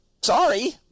Sorry